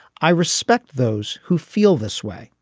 i respect those who feel this way.